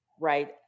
right